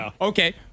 Okay